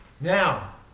Now